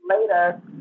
later